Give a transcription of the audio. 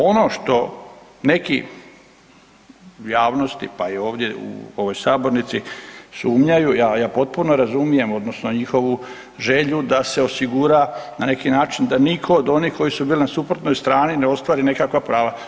Ono što neki u javnosti pa i ovdje u ovoj sabornici sumnjaju ja potpuno razumijem odnosno njihovu želju da se osigura da nitko od onih koji su bili na suprotnoj strani ne ostvari nekakva prava.